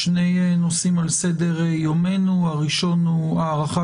שני נושאים על סדר יומנו: הראשון הוא הארכת